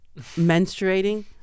menstruating